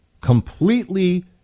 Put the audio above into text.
completely